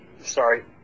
sorry